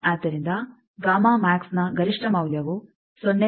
ಆದ್ದರಿಂದ ನ ಗರಿಷ್ಠ ಮೌಲ್ಯವು 0